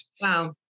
Wow